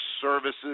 services